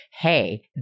Hey